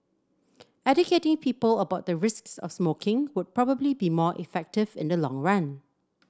educating people about the risks of smoking would probably be more effective in the long run